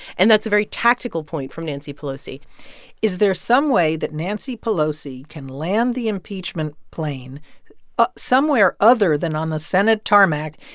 and that's a very tactical point from nancy pelosi is there some way that nancy pelosi can land the impeachment plane somewhere other than on the senate tarmac?